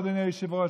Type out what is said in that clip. אדוני היושב-ראש,